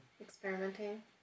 experimenting